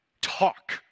talk